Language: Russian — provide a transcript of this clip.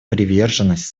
приверженность